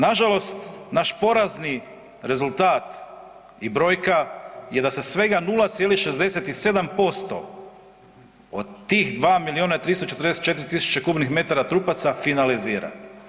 Nažalost naš porazni rezultat i brojka je da se sve 0,67% od tih 2 miliona i 344 tisuće kubnih metara trupaca finalizira.